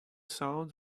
sound